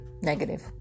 negative